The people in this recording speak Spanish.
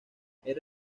era